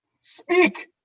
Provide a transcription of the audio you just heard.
Speak